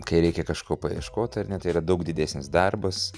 kai reikia kažko paieškoti ar ne tai yra daug didesnis darbas